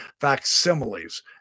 facsimiles